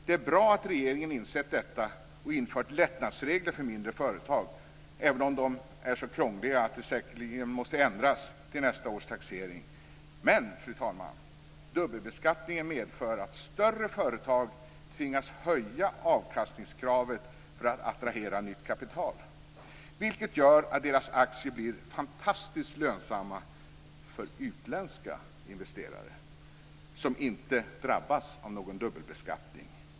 Det är bra att regeringen har insett detta och infört lättnadsregler för mindre företag, även om de är så krångliga att de säkerligen måste ändras till nästa års taxering. Fru talman! Dubbelbeskattning medför att större företag tvingas höja avkastningskravet för att attrahera nytt kapital, vilket gör att deras aktier blir fantastiskt lönsamma för utländska investerare som inte drabbas av någon dubbelbeskattning.